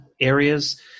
areas